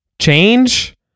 Change